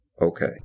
Okay